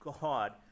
God